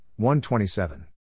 1.27